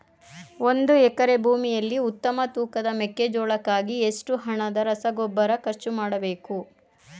ಒಂದು ಎಕರೆ ಭೂಮಿಯಲ್ಲಿ ಉತ್ತಮ ತೂಕದ ಮೆಕ್ಕೆಜೋಳಕ್ಕಾಗಿ ಎಷ್ಟು ಹಣದ ರಸಗೊಬ್ಬರ ಖರ್ಚು ಮಾಡಬೇಕು?